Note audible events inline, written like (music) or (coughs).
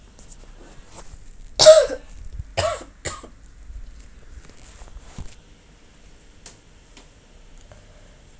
(coughs)